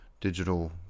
digital